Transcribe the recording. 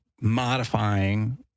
modifying